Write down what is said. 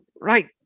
right